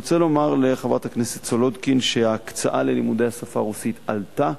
אני רוצה לומר לחברת הכנסת סולודקין שההקצאה ללימודי השפה רוסית עלתה.